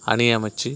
அணி அமைச்சு